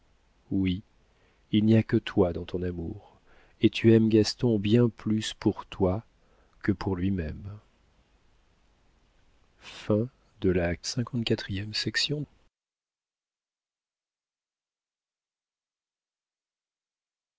oui il n'y a que toi dans ton amour et tu aimes gaston bien plus pour toi que pour lui-même